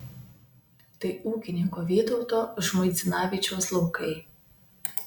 tai ūkininko vytauto žmuidzinavičiaus laukai